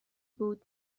بود